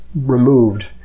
removed